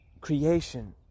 Creation